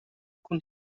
cun